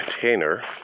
container